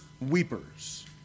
weepers